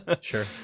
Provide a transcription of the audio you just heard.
Sure